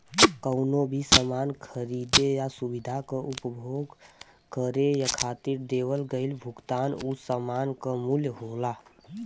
कउनो भी सामान खरीदे या सुविधा क उपभोग करे खातिर देवल गइल भुगतान उ सामान क मूल्य होला